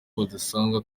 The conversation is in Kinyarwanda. badusanga